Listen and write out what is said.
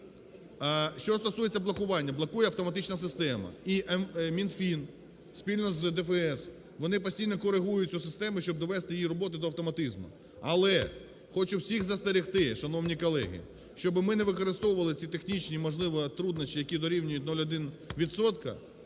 Що стосується блокування. Блокує автоматична система. І Мінфін спільно з ДФС вони постійно коригують цю систему, щоб довести її роботу до автоматизму. Але хочу всіх застерегти, шановні колеги, щоб ми не використовували ці технічні, можливо, труднощі, які дорівнюють 0,1